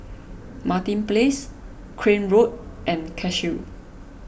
Martin Place Crane Road and Cashew